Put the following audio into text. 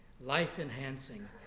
life-enhancing